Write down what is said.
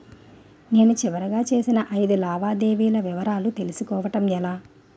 నేను చివరిగా చేసిన ఐదు లావాదేవీల వివరాలు తెలుసుకోవటం ఎలా?